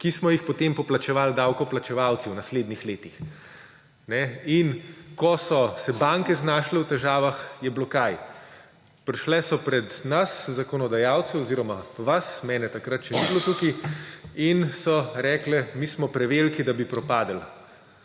ki smo jih potem poplačevali davkoplačevalci v naslednjih letih. In ko so se banke znašle v težavah, je bilo – kaj? Prišle so pred nas, zakonodajalce oziroma vas – mene takrat še ni bilo tukaj –, in so rekle, mi smo preveliki, da bi propadli.